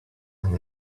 and